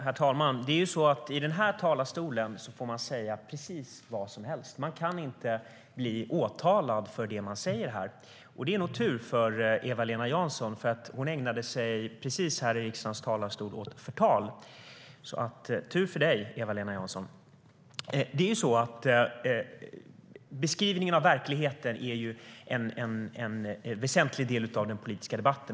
Herr talman! I den här talarstolen får man säga precis vad som helst. Man kan inte bli åtalad för det man säger här. Det är nog tur för Eva-Lena Jansson, för hon ägnade sig alldeles nyss åt förtal här i riksdagens talarstol. Det är tur för dig, Eva-Lena Jansson. Beskrivningen av verkligheten är en väsentlig del av den politiska debatten.